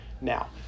Now